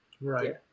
Right